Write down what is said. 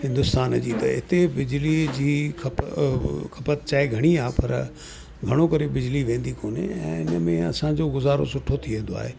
हिंदुस्तान जी त हिते बिजलीअ जी खप खपत चाहे घणी आहे पर घणो करे बिजली वेंदी कोन्हे ऐं हिनमें असांजो गुज़ारो सुठो थी वेंदो आहे